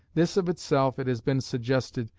this of itself, it has been suggested,